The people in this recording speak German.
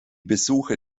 besuche